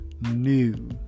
new